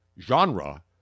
genre